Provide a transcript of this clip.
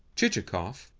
chichikov,